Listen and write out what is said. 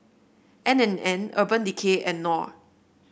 N and N Urban Decay and Knorr